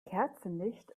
kerzenlicht